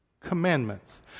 commandments